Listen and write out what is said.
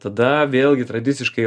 tada vėlgi tradiciškai